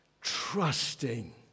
Trusting